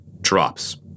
drops